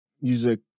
music